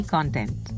Content